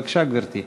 בבקשה, גברתי.